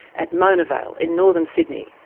at mona vale in northern sydney.